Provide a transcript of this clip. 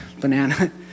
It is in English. banana